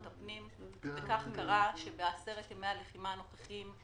הפנים וכך קרה שבעשרת ימי הלחימה הנוכחיים,